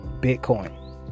Bitcoin